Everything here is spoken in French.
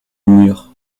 murs